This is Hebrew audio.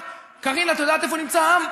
קארין, את יודעת איפה נמצא העם?